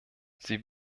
sie